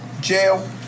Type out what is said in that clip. jail